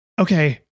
okay